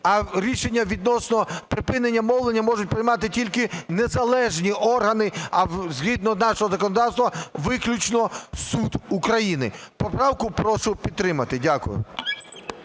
А рішення відносно припинення мовлення можуть приймати тільки незалежні органи, а згідно нашого законодавства – виключно суд України. Поправку прошу підтримати. Дякую.